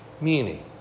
meaning